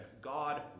God